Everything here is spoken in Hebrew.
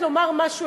מסתדרת.